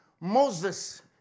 Moses